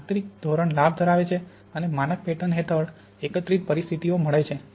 આંતરિક ધોરણ લાભ ધરાવે છે અને માનક પેટર્ન હેઠળ પર એકત્રિત પરિસ્થિતિઓ મળે છે